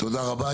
תודה רבה.